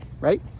right